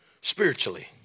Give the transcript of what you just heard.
spiritually